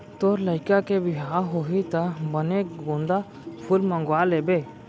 तोर लइका के बिहाव होही त बने गोंदा फूल मंगवा लेबे